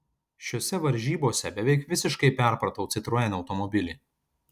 šiose varžybose beveik visiškai perpratau citroen automobilį